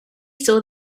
saw